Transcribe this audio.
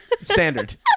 Standard